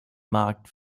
markt